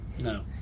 no